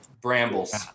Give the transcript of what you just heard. Brambles